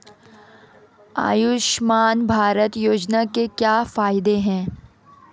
आयुष्मान भारत योजना के क्या फायदे हैं?